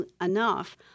enough